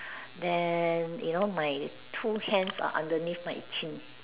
then you know my two hands are underneath my chin